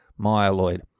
myeloid